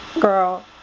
girl